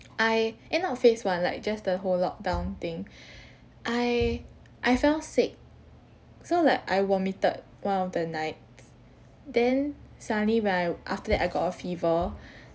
I eh not phase one like just a whole lockdown thing I I fell sick so like I vomited one of the nights then suddenly right after that I got a fever